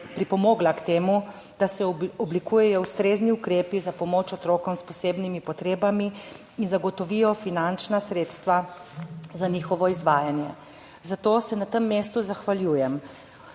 pripomogla k temu, da se oblikujejo ustrezni ukrepi za pomoč otrokom s posebnimi potrebami in zagotovijo finančna sredstva za njihovo izvajanje. Zato se na tem mestu zahvaljujem